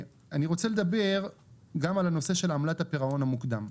אני רוצה לדבר גם על הנושא של עמלת הפירעון המוקדם.